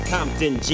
Compton